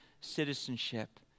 citizenship